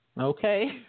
Okay